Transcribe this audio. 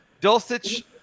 Dulcich